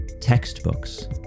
textbooks